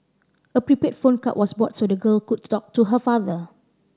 a prepaid phone card was bought so the girl could talk to her father